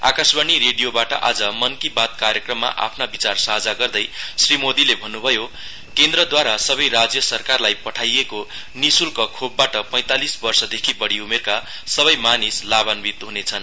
आकाशवाणी रेडियोबाट आज मन की बात कार्यक्रममा आफ्ना विचार साझा गर्दै श्री मोदीले भन्नभयो केन्द्रद्वारा सबै राज्य सरकारलाई पठाइएको निःशुल्क खोपबाट पैतालीस वर्षदेखि बढी उमेरका सबै मानिस लाभान्वित हुनेछन्